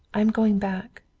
i am going back.